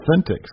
Authentics